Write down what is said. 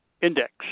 index